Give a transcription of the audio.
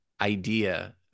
idea